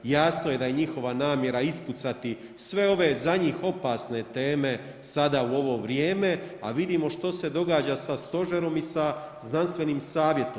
Jasno je da je njihova namjera ispucati sve ove za njih opasne teme sada u ovo vrijeme, a vidimo što se događa sa Stožerom i sa Znanstvenim savjetom.